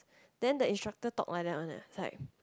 then the instructor talk like that one eh it's like